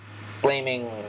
flaming